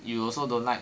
you also don't like